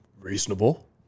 reasonable